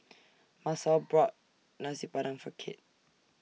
Masao brought Nasi Padang For Kit